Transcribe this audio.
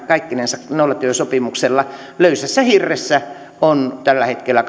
kaikkinensa nollatyösopimuksella löysässä hirressä on tällä hetkellä